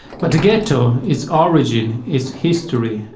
but the ghetto, its origin, it's history,